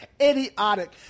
Idiotic